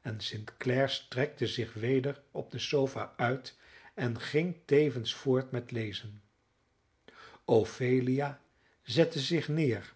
en st clare strekte zich weder op de sofa uit en ging tevens voort met lezen ophelia zette zich neer